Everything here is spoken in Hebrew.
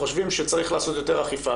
חושבים שצריך לעשות יותר אכיפה.